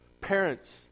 Parents